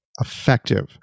effective